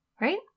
Right